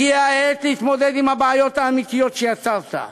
הגיעה העת להתמודד עם הבעיות האמיתיות שיצרת.